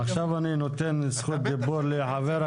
עכשיו אני נותן זכות דיבור לח"כ